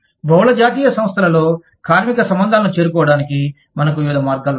బహుళ జాతీయ సంస్థలలో కార్మిక సంబంధాలను చేరుకోవటానికి మనకు వివిధ మార్గాలు ఉన్నాయి